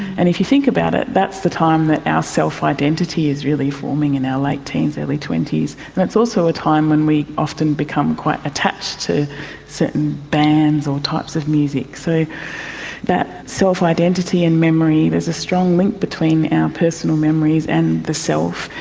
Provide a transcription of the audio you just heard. and if you think about it, that's the time that our self-identity is really forming, in our late teens, early twenty s, and it's also a time when we often become quite attached to certain bands or types of music. so that self-identity and memory, there is a strong link between our personal memories and the self.